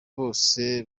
bose